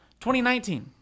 2019